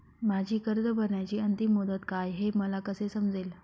माझी कर्ज भरण्याची अंतिम मुदत काय, हे मला कसे समजेल?